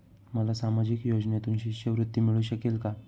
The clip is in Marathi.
मला सामाजिक योजनेतून शिष्यवृत्ती मिळू शकेल का?